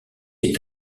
est